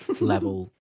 level